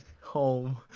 home